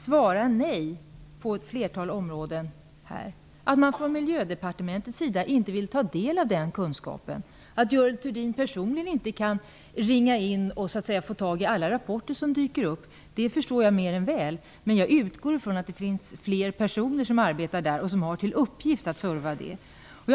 Svaret blir sedan nej på ett flertal områden. Men från Miljödepartementet vill man inte ta del av den kunskapen. Att Görel Thurdin personligen inte kan få tag i alla rapporter som dyker upp förstår jag mer än väl, men jag utgår från att det finns fler personer som arbetar på departementet och att några har till uppgift att serva henne med sådant.